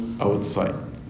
outside